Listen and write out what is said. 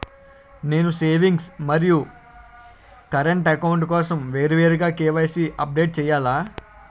నేను సేవింగ్స్ మరియు current account కోసం వేరువేరుగా కే.వై.సీ అప్డేట్ చేయాలా?